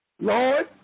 Lord